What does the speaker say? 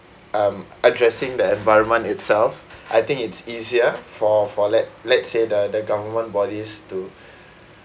um addressing the environment itself I think it's easier for for let let's say the the government bodies to